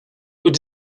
were